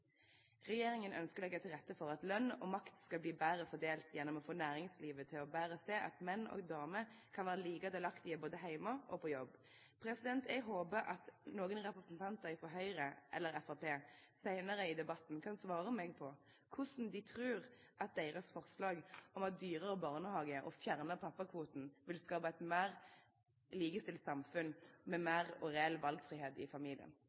Regjeringen ønsker å legge til rette for at lønn og makt skal bli bedre fordelt gjennom å få næringslivet til bedre å se at menn og kvinner kan være like delaktige, både hjemme og på jobb. Jeg håper noen representanter fra Høyre eller Fremskrittspartiet senere i debatten kan svare meg på hvordan de tror at deres forslag om å ha dyrere barnehager og fjerne pappakvoten vil skape et mer likestilt samfunn med større og mer reell valgfrihet i familien.